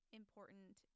important